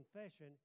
confession